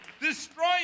destroy